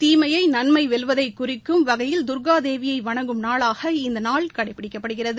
தீமையை நன்மை வெல்வதை குறிக்கும் வகையில் தர்கா தேவியை வணங்கும் நாளாக இந்த நாள் கடைப்பிடிக்கப்படுகிறது